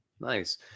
Nice